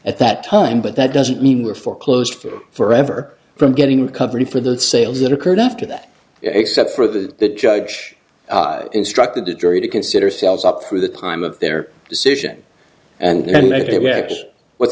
at that time but that doesn't mean we're foreclosed forever from getting recovery for the sales that occurred after that except for the judge instructed the jury to consider sales up through the time of their decision and